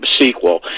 sequel